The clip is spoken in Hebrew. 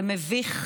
זה מביך,